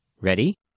Ready